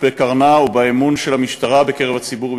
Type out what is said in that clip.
בקרנה של המשטרה ובאמון במשטרה בקרב הציבור בישראל.